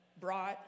brought